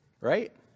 right